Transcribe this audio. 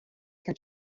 can